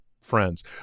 friends